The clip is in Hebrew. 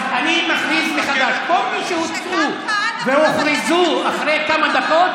אז אני מכריז מחדש שכל מי שהוצאו והוכרזו אחרי כמה דקות,